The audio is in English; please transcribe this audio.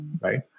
right